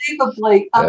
unbelievably